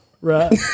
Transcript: right